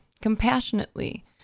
compassionately